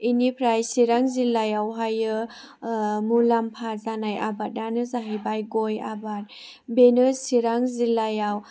बेनिफ्राय चिरां जिल्लायावहायो मुलाम्फा जानाय आबादानो जाहैबाय गय आबाद बेनो चिरां जिल्लायाव